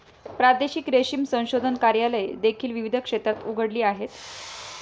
प्रादेशिक रेशीम संशोधन कार्यालये देखील विविध क्षेत्रात उघडली आहेत